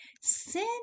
Sin